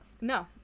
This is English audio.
No